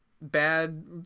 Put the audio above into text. bad